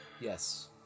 Yes